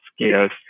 skills